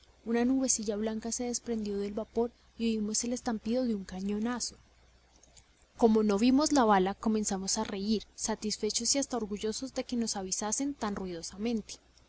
una nubecilla blanca se desprendió del vapor y oímos el estampido de un cañonazo como no vimos la bala comenzamos a reír satisfechos y hasta orgullosos de que nos avisasen tan